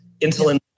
insulin